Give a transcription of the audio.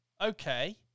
Okay